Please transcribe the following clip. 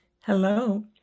Hello